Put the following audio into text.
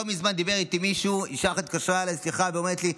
לא מזמן דיבר איתי מישהו: אישה אחת התקשרה אליי בשיחה ואומרת לי: